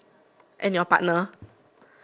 and your partner